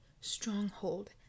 stronghold